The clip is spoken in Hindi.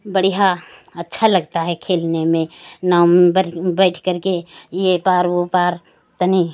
बढ़िया अच्छा लगता है खेलने में नाव बैठ करके ये पार वो पार तनी